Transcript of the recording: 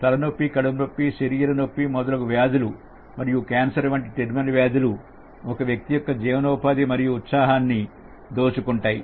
తలనొప్పి కడుపు నొప్పి శరీర నొప్పి మొదలగు వ్యాధులు మరియు కాన్సర్ వంటి టెర్మినల్ వ్యాధులు ఒక వ్యక్తి యొక్క జీవనోపాధి మరియు ఉత్సాహాన్ని దోచుకుంటాయి